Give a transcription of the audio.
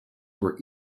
were